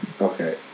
okay